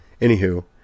Anywho